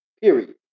Period